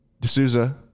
D'Souza